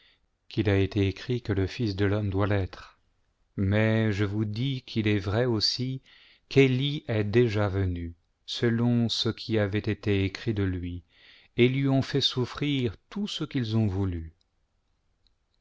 qu'il a été écrit que le fils de l'homme doit l'être mais je vous dis quil est vrai aussi qu'elie est déjà venu selon ce qui avait été écrit de lui et ils lui ont fait souffrir tout ce qu'ils ont voulu